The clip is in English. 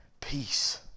peace